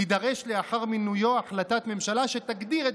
תידרש לאחר מינויו החלטת ממשלה שתגדיר את